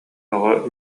оҕо